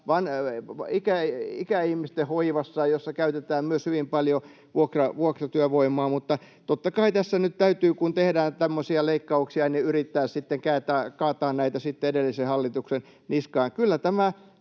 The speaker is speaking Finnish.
ja ikäihmisten hoivassa, jossa käytetään myös hyvin paljon vuokratyövoimaa. Mutta totta kai tässä nyt kun tehdään tämmöisiä leikkauksia, täytyy yrittää sitten kaataa näitä edellisen hallituksen niskaan.